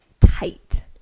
tight